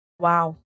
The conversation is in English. Wow